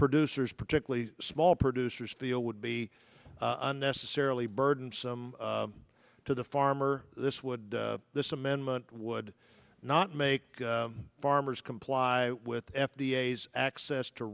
producers particularly small producers feel would be unnecessarily burdensome to the farmer this would this amendment would not make farmers comply with f d a s access to